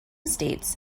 states